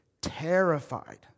terrified